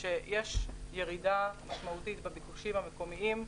שיש ירידה משמעותית בביקושים המקומיים.